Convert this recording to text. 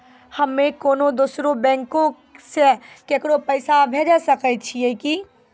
हम्मे कोनो दोसरो बैंको से केकरो पैसा भेजै सकै छियै कि?